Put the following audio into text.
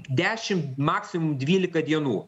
dešim maksimum dvylika dienų